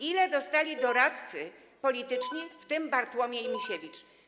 Ile dostali doradcy polityczni, w tym Bartłomiej Misiewicz?